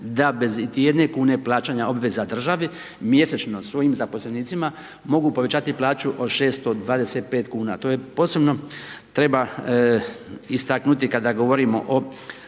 da bez iti jedne kune plaćanja obveza državi, mjesečno svojim zaposlenicima mogu povećati plaću od 625 kn. To je posebno treba istaknuti kada govorimo o